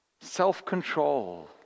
Self-control